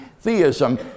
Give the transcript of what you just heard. theism